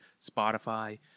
Spotify